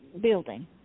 building